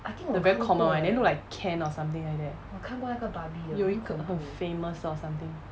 the very common one then look like can or something like that 有一个很 famous or something